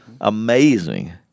amazing